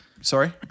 Sorry